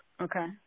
Okay